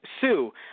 Sue